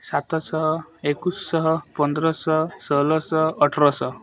ସାତଶହ ଏକୋଇଶୀ ପନ୍ଦରଶହ ଷୋଳଶହ ଅଠରଶହ